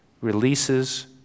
releases